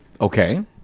Okay